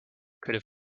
could